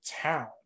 town